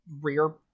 rear